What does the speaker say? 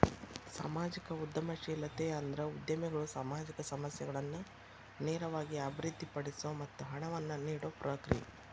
ಸಾಮಾಜಿಕ ಉದ್ಯಮಶೇಲತೆ ಅಂದ್ರ ಉದ್ಯಮಿಗಳು ಸಾಮಾಜಿಕ ಸಮಸ್ಯೆಗಳನ್ನ ನೇರವಾಗಿ ಅಭಿವೃದ್ಧಿಪಡಿಸೊ ಮತ್ತ ಹಣವನ್ನ ನೇಡೊ ಪ್ರಕ್ರಿಯೆ